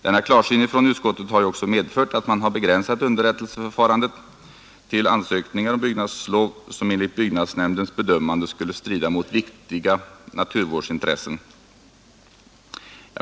Denna klarsyn hos utskottet har också medfört att man har begränsat underrättelseförfarandet till sådana ansökningar om byggnadslov som enligt byggnadsnämndens bedömande skulle strida mot viktiga naturvårdsintressen.